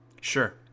sure